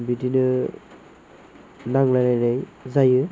बिदिनो नांज्लाय लायनाय जायो